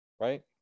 Right